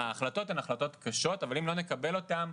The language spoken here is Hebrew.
ההחלטות הן החלטות קשות, אבל אם לא נקבל אותם,